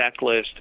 checklist